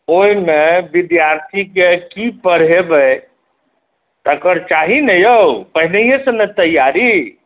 ओहिमे विद्यार्थीके की पढ़ेबै तकर चाही ने यौ पहिनहिये से ने तैयारी